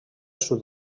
sud